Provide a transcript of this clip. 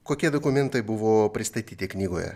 kokie dokumentai buvo pristatyti knygoje